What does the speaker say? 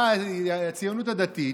באה הציונות הדתית,